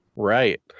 Right